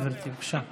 כן, גברתי, בבקשה.